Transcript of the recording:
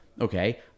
okay